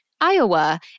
Iowa